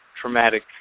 traumatic